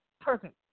Perfect